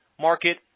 market